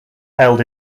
held